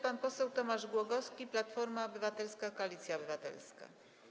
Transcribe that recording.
Pan poseł Tomasz Głogowski, Platforma Obywatelska - Koalicja Obywatelska.